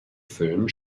filmen